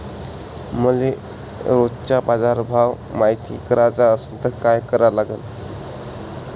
मले रोजचा बाजारभव मायती कराचा असन त काय करा लागन?